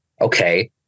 okay